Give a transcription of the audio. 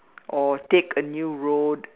or take a new road